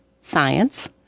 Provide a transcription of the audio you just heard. science